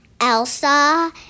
Elsa